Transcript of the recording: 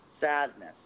Sadness